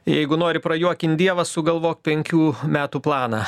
jeigu nori prajuokinti dievą sugalvok penkių metų planą